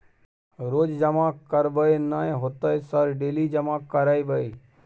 रोज जमा करबे नए होते सर डेली जमा करैबै?